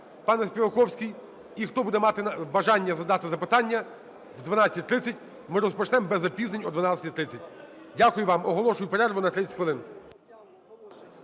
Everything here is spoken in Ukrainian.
пане Співаковський. І хто буде мати бажання задати запитання, о 12:30, ми розпочнемо без запізнень о 12:30. Дякую вам. Оголошую перерву на 30 хвилин.